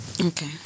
Okay